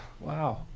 Wow